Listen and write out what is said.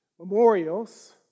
Memorials